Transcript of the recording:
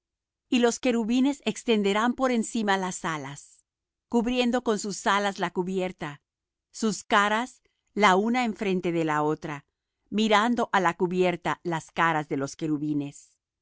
y los querubines extenderán por encima las alas cubriendo con sus alas la cubierta sus caras la una enfrente de la otra mirando á la cubierta las caras de los querubines